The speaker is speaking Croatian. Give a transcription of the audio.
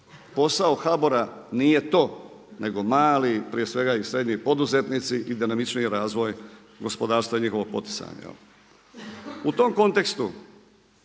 Posao HBOR-a nije to, nego mali prije svega i srednji poduzetnici i dinamičniji razvoj gospodarstva i njihovog poticanja. U tom kontekstu